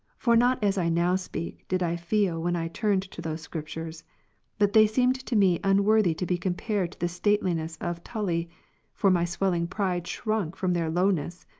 for not as i now speak, did i feel when i turned to those scriptures but they seemed to me unworthy to be compared to the stateliness of tully for my swelling pride shrunk from their lowliness,